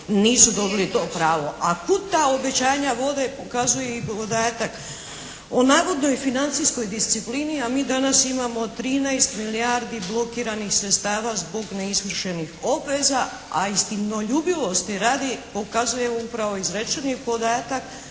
nisu dobili to pravo. A kuda ta obećanja vode pokazuje i podatak o navodnoj financijskoj disciplini a mi danas imamo 13 milijardi blokiranih sredstava zbog neizvršenih obveza a istinoljubivosti radi pokazuje upravo izrečeni podatak